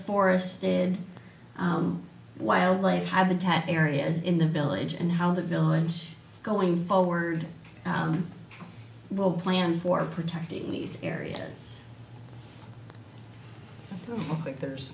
forested wildlife habitat areas in the village and how the village going forward will plan for protecting these areas think there's